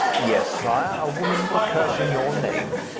yes, sire, a woman for cursing your name.